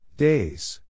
Days